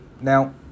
Now